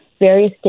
various